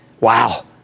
Wow